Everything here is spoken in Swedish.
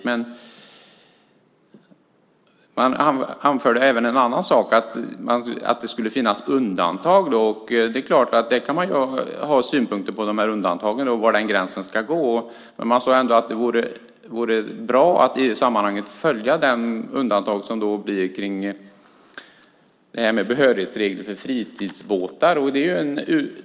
Man anförde även en annan sak, nämligen att det skulle finnas undantag. Det är klart att man kan ha synpunkter på de här undantagen och på var gränsen ska gå. Man sade ändå att det vore bra att följa undantaget beträffande behörighetsregler för fritidsbåtar.